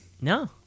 No